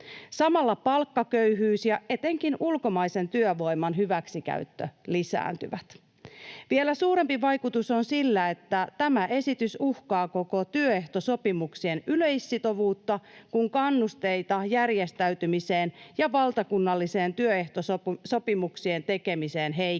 Samalla palkkaköyhyys ja etenkin ulkomaisen työvoiman hyväksikäyttö lisääntyvät. Vielä suurempi vaikutus on sillä, että tämä esitys uhkaa koko työehtosopimuksien yleissitovuutta, kun kannusteita järjestäytymiseen ja valtakunnalliseen työehtosopimuksien tekemiseen heikennetään.